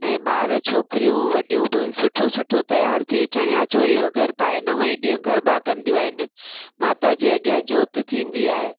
ऐं ॿार छोकरियूं वॾियूं ब सुठो सुठो तयार थी चणया चोली वगर पाए नव ई ॾींहं गरबा कंदियूं आहिनि माता जे अॻियां जोत थींदी आहे